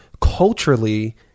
culturally